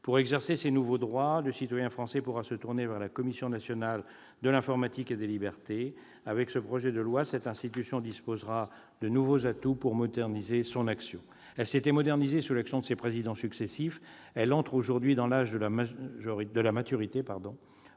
Pour exercer ces nouveaux droits, le citoyen français pourra se tourner vers la Commission nationale de l'informatique et des libertés, qui, avec ce projet de loi, disposera de nouveaux atouts pour moderniser son action. L'institution s'était modernisée sous l'impulsion de ses présidents successifs. Elle entre aujourd'hui dans l'âge de la maturité,